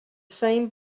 same